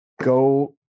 go